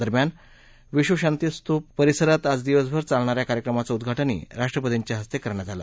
दरम्यान विधशांतीस्तूप परिसरात आज दिवसभर चालणाऱ्या कार्यक्रमाचं उदघाटनही राष्ट्रपतींच्या हस्ते करण्यात आलं